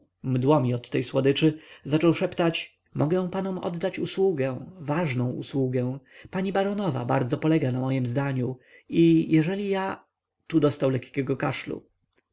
robić i słodko uśmiechając się mdło mi od tej słodyczy zaczął szeptać mogę panom oddać usługę ważną usługę pani baronowa bardzo polega na mojem zdaniu i jeżeli ja tu dostał lekkiego kaszlu